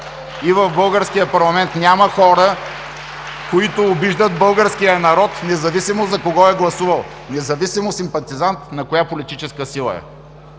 в българския парламент няма хора, които обиждат българския народ, независимо за кого е гласувал, независимо симпатизант на коя политическа сила е.